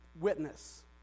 witness